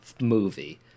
movie